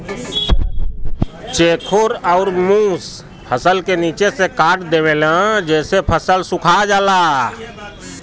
चेखुर अउर मुस फसल क निचे से काट देवेले जेसे फसल सुखा जाला